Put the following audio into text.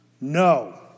No